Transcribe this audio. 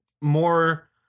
more